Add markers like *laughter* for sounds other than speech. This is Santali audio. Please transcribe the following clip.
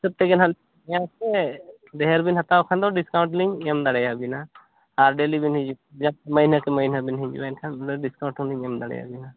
ᱚᱱᱟ ᱦᱤᱥᱟᱹᱵ ᱛᱮᱜᱮ *unintelligible* ᱥᱮ ᱰᱷᱮᱨ ᱵᱮᱱ ᱦᱟᱛᱟᱣ ᱠᱷᱟᱱ ᱫᱚ ᱰᱤᱥᱠᱟᱭᱩᱱᱴ ᱞᱤᱧ ᱮᱢ ᱫᱟᱲᱟᱭᱟᱵᱤᱱᱟ ᱟᱨ ᱰᱮᱞᱤ ᱵᱮᱱ ᱦᱤᱡᱩᱜ *unintelligible* ᱢᱟᱹᱱᱦᱟᱹ ᱠᱮ ᱢᱟᱹᱱᱦᱟᱹ ᱵᱮᱱ ᱦᱤᱡᱩᱜᱼᱟ ᱮᱱᱠᱷᱟᱱ ᱰᱤᱥᱠᱟᱭᱩᱱᱴ ᱦᱚᱸ ᱞᱤᱧ ᱮᱢ ᱫᱟᱲᱮᱭᱟᱵᱤᱱᱟ